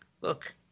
look